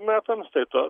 metams tai to